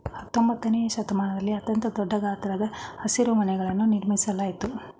ಹತ್ತೊಂಬತ್ತನೆಯ ಶತಮಾನದಲ್ಲಿ ಅತ್ಯಂತ ದೊಡ್ಡ ಗಾತ್ರದ ಹಸಿರುಮನೆಗಳನ್ನು ನಿರ್ಮಿಸಲಾಯ್ತು